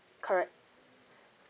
correct